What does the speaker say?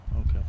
okay